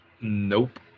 nope